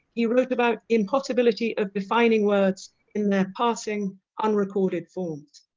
he wrote about impossibility of defining words in their passing unrecorded forms